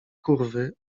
kurwy